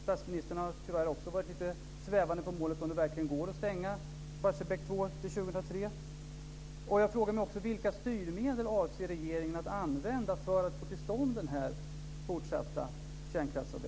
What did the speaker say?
Statsministern har tyvärr också varit lite svävande på målet om det verkligen går att stänga Barsebäck 2 till 2003.